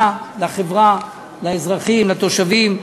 לה, לחברה, לאזרחים, לתושבים.